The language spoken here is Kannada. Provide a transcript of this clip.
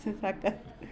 ಸರ್ ಸಾಕ